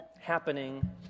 happening